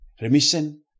Remission